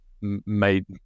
made